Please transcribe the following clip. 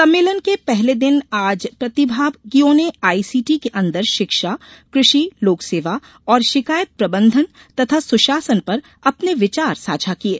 सम्मेलन के पहले दिन आज प्रतिभागियों ने आईसीटी के अंदर शिक्षा कृषि लोकसेवा और शिकायत प्रबंधन तथा सुशासन पर अपने विचार साझा किये